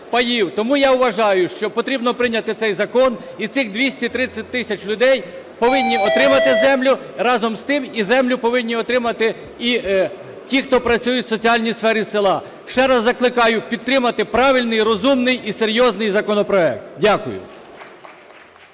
Тому, я вважаю, що потрібно прийняти цей закон і цих 200-300 тисяч людей повинні отримати землю, разом з тим і землю повинні отримати і ті, хто працюють в соціальній сфері села. Ще раз закликаю підтримати правильний і розумний, і серйозний законопроект. Дякую.